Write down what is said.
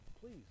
please